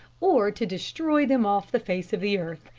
or to destroy them off the face of the earth.